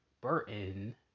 Burton